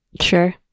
Sure